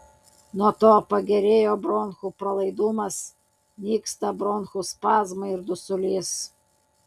nuo to pagerėja bronchų pralaidumas nyksta bronchų spazmai ir dusulys